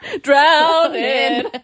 Drowning